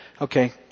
Okay